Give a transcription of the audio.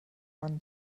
man